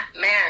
man